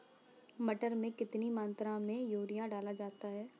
मटर में कितनी मात्रा में यूरिया डाला जाता है?